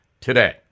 today